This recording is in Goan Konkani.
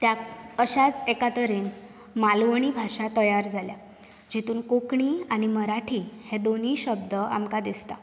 अशाच एका तरेन मालवणी भाशा तयार जाल्या जातूंत कोंकणी आनी मराठी हे दोनूय शब्द आमकां दिसतात